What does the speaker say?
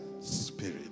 Spirit